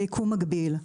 ביקום מקביל.